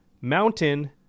Mountain